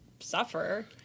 Suffer